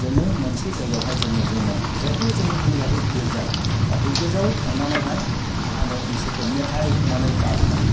जोङो मोनसे जायगायावहाय जोङो जमा जायो जायखौ जोङो बुंजाबाय गिरजा दा बे गिरजायाव थांनानैहाय आङो इसोरखौ मेथाइ खननानै बाखनायो